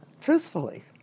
truthfully